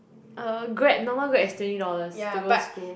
uh grab normal grab is twenty dollars to go school